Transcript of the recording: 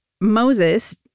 Moses